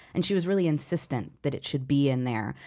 and she was really insistent that it should be in there.